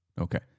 Okay